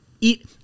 eat